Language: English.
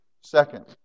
Second